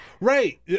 Right